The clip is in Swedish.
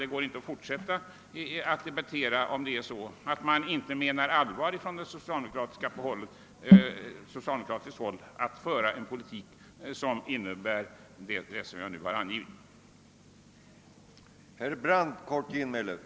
Det är inte möjligt att fortsätta en debatt om detta, om man inte på socialdemokratiskt håll menar allvar med att föra en politik av den innebörd som jag nu angivit.